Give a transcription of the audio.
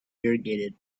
irrigated